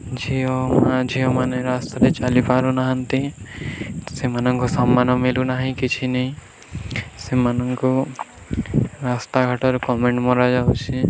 ଝିଅ ଝିଅମାନେ ରାସ୍ତାରେ ଚାଲି ପାରୁନାହାନ୍ତି ସେମାନଙ୍କୁ ସମ୍ମାନ ମିଳୁନାହିଁ କିଛି ନାହିଁ ସେମାନଙ୍କୁ ରାସ୍ତାଘାଟରେ କମେଣ୍ଟ୍ ମରାଯାଉଛି